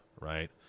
right